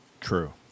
True